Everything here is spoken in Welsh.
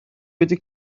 wedi